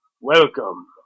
Welcome